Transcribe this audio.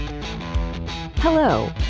Hello